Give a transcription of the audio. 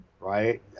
right